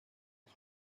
sus